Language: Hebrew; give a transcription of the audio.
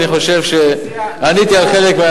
אני חושב שעניתי על חלק,